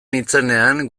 nintzenean